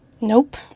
Nope